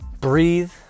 Breathe